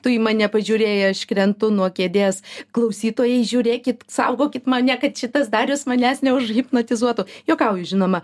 tu į mane pažiūrėjai aš krentu nuo kėdės klausytojai žiūrėkit saugokit mane kad šitas darius manęs neužhipnotizuotų juokauju žinoma